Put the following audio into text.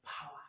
power